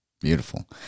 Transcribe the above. beautiful